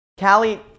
Callie